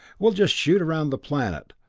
we'll just shoot around the planet.